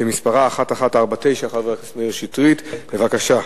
שמספרה 1149. חבר הכנסת מאיר שטרית, בבקשה.